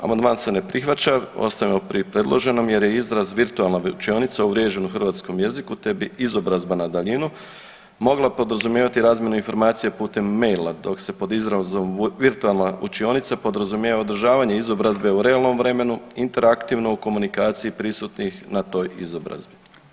Amandman se ne prihvaća, ostajemo pri predloženom jer je izraz virtualna učionica uvriježen u hrvatskom jeziku te bi izobrazba na daljinu mogla podrazumijevati razmjenu informacije putem maila, dok se pod izrazom virtualna učionica podrazumijevanje izobrazbe u realnom vremenu, interaktivno u komunikaciji prisutnih na toj izobrazbi.